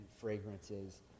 fragrances